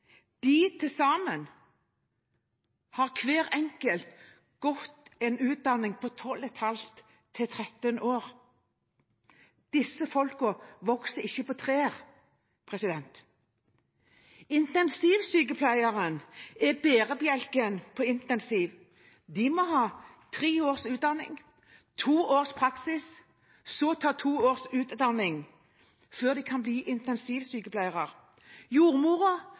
har hver enkelt til sammen hatt en utdanning på 12,5–13 år – disse folkene vokser ikke på trær. Intensivsykepleierne er bærebjelken på intensivavdelingen. De må ha tre års utdanning, to års praksis og så ta to års utdanning før de kan bli intensivsykepleiere. Jordmoren